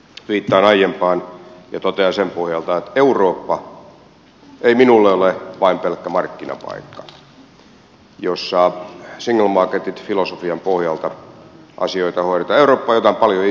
viittaan aiempaan ja totean sen pohjalta että eurooppa ei minulle ole vain pelkkä markkinapaikka jossa single market filosofian pohjalta asioita hoidetaan